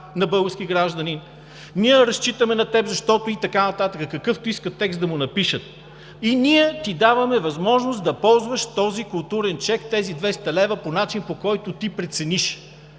на български гражданин. Ние разчитаме на теб, защото...“ и така нататък, какъвто искат текст да му напишат. И „ние ти даваме възможност да ползваш този културен чек – тези 200 лв., по начин, който ти прецениш“.